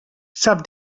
sap